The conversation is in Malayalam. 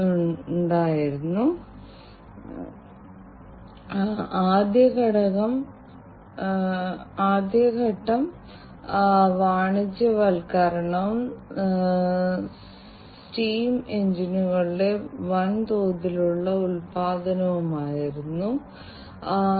നിയന്ത്രണ കേന്ദ്രം അതനുസരിച്ച് ഖനിത്തൊഴിലാളികളെയോ ഭൂമിക്കടിയിൽ ഉള്ളവരെയോ ഒഴിപ്പിക്കുന്നത് പോലെയുള്ള നടപടികൾ കൈക്കൊള്ളുക